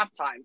halftime